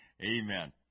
Amen